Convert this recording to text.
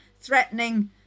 threatening